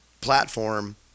platform